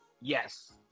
Yes